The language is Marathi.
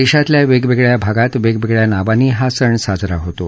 देशातल्या वेगवेगळया भागात वेगवेगळया नावांनी हा सण साजरा होतो